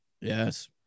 Yes